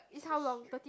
is how long thirty